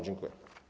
Dziękuję.